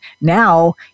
now